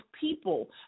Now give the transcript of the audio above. people